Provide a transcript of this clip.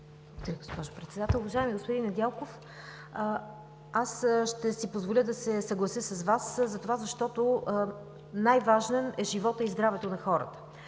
Благодаря, госпожо Председател. Уважаеми господин Недялков, аз ще си позволя да се съглася с Вас, защото най-важен е животът и здравето на хората.